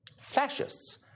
Fascists